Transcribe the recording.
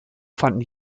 fanden